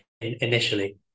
initially